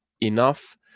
enough